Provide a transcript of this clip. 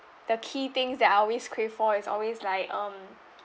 the key things that I always crave for is always like um